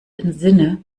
entsinne